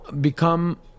become